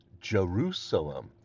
Jerusalem